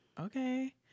okay